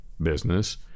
business